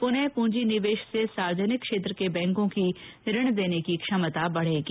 पुनः पूंजी निवेश से सार्वजनिक क्षेत्र के बैंकों की ऋण देने की क्षमता बढ़ेगी